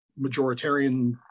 majoritarian